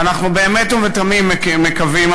ואנחנו באמת ובתמים מקווים,